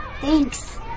Thanks